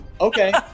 okay